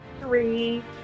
Three